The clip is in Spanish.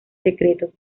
secreto